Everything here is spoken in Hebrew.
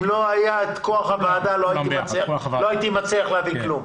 אם לא היה את כוח הוועדה לא הייתי מצליח להביא כלום.